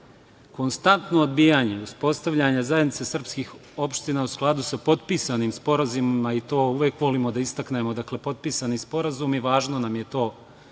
Konstantno odbijanje uspostavljanja Zajednice srpskih opština u skladu sa potpisanim sporazumima i to uvek volimo da istaknemo, dakle potpisani sporazumi, važno nam je to